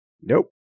Nope